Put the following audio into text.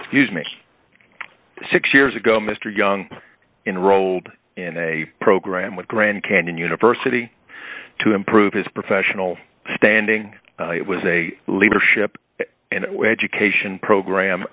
young six years ago mr young enrolled in a program with grand canyon university to improve his professional standing it was a leadership and education program